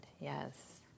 yes